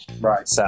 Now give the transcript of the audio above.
Right